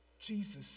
Jesus